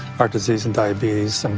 heart disease and diabetes,